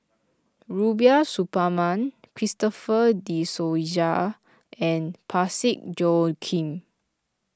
Rubiah Suparman Christopher De Souza and Parsick Joaquim